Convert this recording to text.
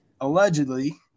allegedly